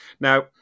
Now